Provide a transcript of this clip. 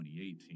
2018